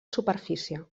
superfície